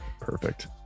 Perfect